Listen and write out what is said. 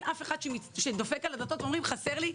אף אחד שדופק על הדלתות ואומר: חסר לי,